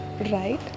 right